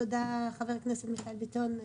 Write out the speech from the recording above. תודה לחבר הכנסת מיכאל ביטון,